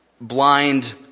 blind